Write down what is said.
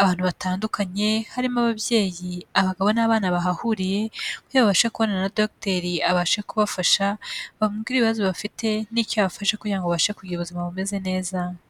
abantu batandukanye harimo ababyeyi, abagabo n'abana bahahuriye, kugira babashe kubonana na dogiteri abashe kubafasha bamubwire ibibazo bafite n'icyo yabafasha kugira ngo babashe kugira ubuzima bumeze neza.